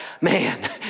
Man